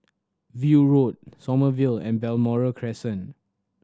View Road Sommerville Road and Balmoral Crescent